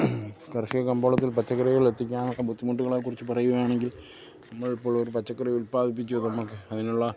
കർഷിക കമ്പോളത്തിൽ പച്ചക്കറികൾ എത്തിക്കാനൊക്കെ ബുദ്ധിമുട്ടുകളെ കുറിച്ചു പറയുകയാണെങ്കിൽ നമ്മൾ ഇപ്പോൾ ഒരു പച്ചക്കറി ഉൽപാദിപ്പിച്ചു നമുക്ക് അതിനുള്ള